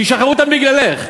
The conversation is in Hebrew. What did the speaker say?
שישחררו אותם בגללך.